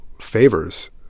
favors